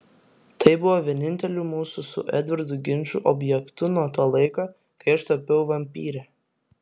tai buvo vieninteliu mūsų su edvardu ginčų objektu nuo to laiko kai aš tapau vampyre